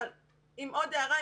אבל, עוד הערה.